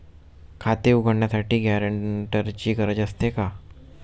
खाते उघडण्यासाठी गॅरेंटरची गरज असते का?